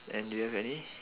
and do you have any